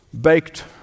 baked